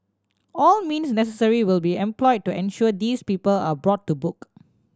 all means necessary will be employed to ensure these people are brought to book